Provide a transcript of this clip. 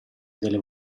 delle